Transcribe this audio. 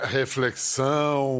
reflexão